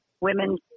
women